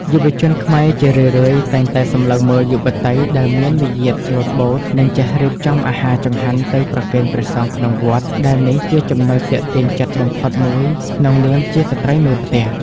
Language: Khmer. យុវជនខ្មែរជារឿយៗតែងតែសម្លឹងមើលយុវតីដែលមានមារយាទស្លូតបូត និងចេះរៀបចំអាហារចង្ហាន់ទៅប្រគេនព្រះសង្ឃក្នុងវត្ត ដែលនេះជាចំណុចទាក់ទាញចិត្តបំផុតមួយក្នុងនាមជាស្ត្រីមេផ្ទះ។